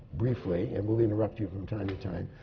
briefly, and we'll interrupt you from time to time,